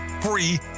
free